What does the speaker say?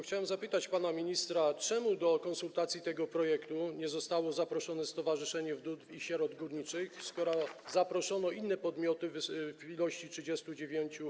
Chciałem zapytać pana ministra, czemu do konsultacji tego projektu nie zostało zaproszone Stowarzyszenie Wdów i Sierot Górniczych, skoro zaproszono inne podmioty, w liczbie 39.